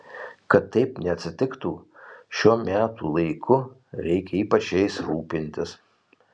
kad taip neatsitiktų šiuo metų laiku reikia ypač jais rūpintis